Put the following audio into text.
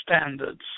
standards